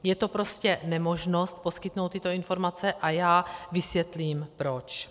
Je to prostě nemožnost poskytnout tyto informace a já vysvětlím proč.